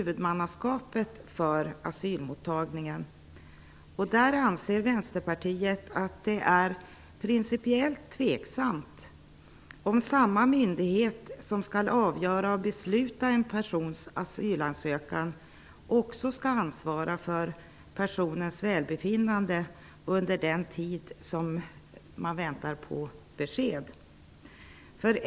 Vänsterpartiet anser att det är principiellt tveksamt att samma myndighet som skall pröva och avgöra en persons asylansökan också skall ansvara för personens välbefinnande under den tid som vederbörande väntar på besked.